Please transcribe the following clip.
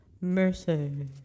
Mercy